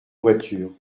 voiture